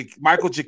Michael